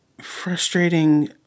frustrating